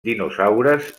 dinosaures